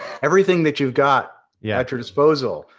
everything that you've got yeah at your disposal.